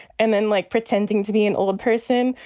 and then, like, pretending to be an old person.